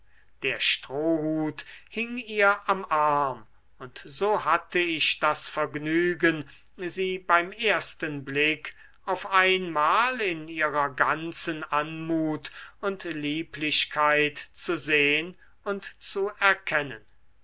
der strohhut hing ihr am arm und so hatte ich das vergnügen sie beim ersten blick auf einmal in ihrer ganzen anmut und lieblichkeit zu sehn und zu erkennen